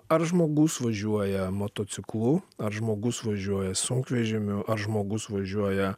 ar žmogus važiuoja motociklu ar žmogus važiuoja sunkvežimiu ar žmogus važiuoja